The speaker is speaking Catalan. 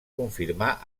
confirmar